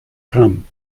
come